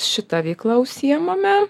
šita veikla užsiimame